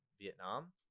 Vietnam